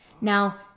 Now